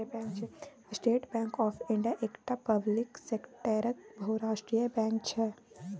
state Bank of India एकटा public सेक्टरक बहुराष्ट्रीय बैंक छै